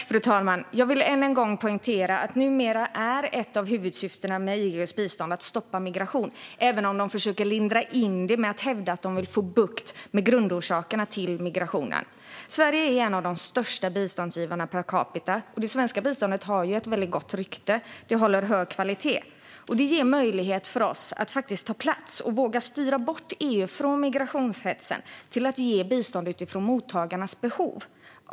Fru talman! Jag vill än en gång poängtera att ett av huvudsyftena med EU:s bistånd numera är att stoppa migration, även om de försöker att linda in det genom att hävda att de vill få bukt med grundorsakerna till migrationen. Sverige är en av de största biståndsgivarna per capita. Det svenska biståndet har också ett väldigt gott rykte; det håller hög kvalitet. Det ger möjlighet för oss att ta plats och våga styra bort EU från migrationshetsen till att ge bistånd utifrån mottagarnas behov.